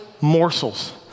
morsels